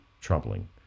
troubling